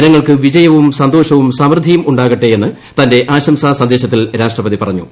ജനങ്ങൾക്ക് വിജയവും സന്തോഷവും സമൃദ്ധിയുട്ടുളങ്ങാകട്ടെ എന്ന് തന്റെ ആശംസാ സന്ദേശത്തിൽ രാഷ്ട്രപതി പറഞ്ഞു